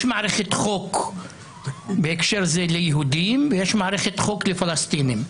יש מערכת חוק ליהודים ויש מערכת חוק לפלסטינים.